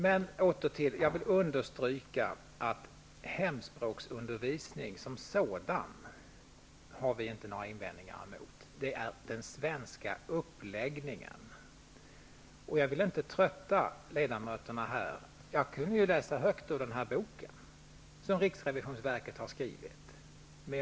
Jag vill understryka att vi i Ny demokrati inte har några invändningar emot hemspråksundervisningen som sådan, utan vi vänder oss emot den svenska uppläggningen. Jag skulle kunna läsa högt ur den bok som riksrevisionsverket har utgivit, men jag vill inte trötta ut ledamöterna.